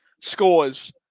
scores